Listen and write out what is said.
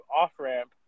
off-ramp